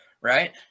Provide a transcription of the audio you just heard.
right